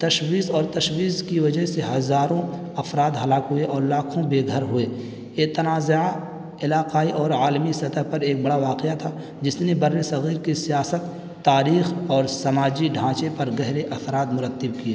تشویش اور تشویش کی وجہ سے ہزاروں افراد ہلاک ہوئے اور لاکھوں بے گھر ہوئے یہ تنازعہ علاقائی اور عالمی سطح پر ایک بڑا واقعہ تھا جس نے بر صغیر کی سیاست تاریخ اور سماجی ڈھانچے پر گہرے اثرات مرتب کیے